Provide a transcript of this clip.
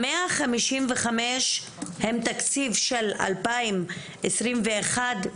המאה חמישים וחמש הם תקציב של 2021 ו-2022?